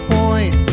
point